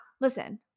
listen